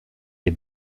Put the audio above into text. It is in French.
des